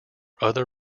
other